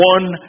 One